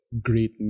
great